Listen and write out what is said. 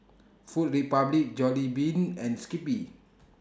Food Republic Jollibean and Skippy